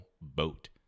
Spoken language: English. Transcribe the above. boat